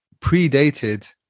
predated